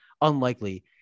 unlikely